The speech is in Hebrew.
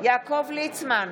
יעקב ליצמן,